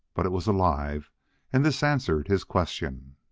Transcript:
but it was alive and this answered his question.